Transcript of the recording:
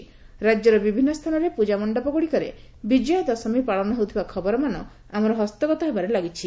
ରାକ୍ୟର ବିଭିନ୍ନ ସ୍ଥାନରେ ପୂଜାମଣ୍ଡପଗୁଡ଼ିକରେ ବିଜୟା ଦଶମି ପାଳିତ ହେଉଥିବାର ଖବରମାନ ଆମର ହସ୍ତଗତ ହେବାରେ ଲାଗିଛି